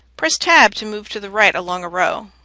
press tab to move to the right along a row.